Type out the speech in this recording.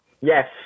Yes